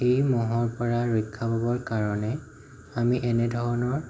এই মহৰ পৰা ৰক্ষা পাবৰ কাৰণে আমি এনেধৰণৰ